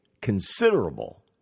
considerable